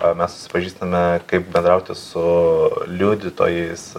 o mes supažįstame kaip bendrauti su liudytojais